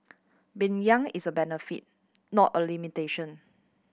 being young is a benefit not a limitation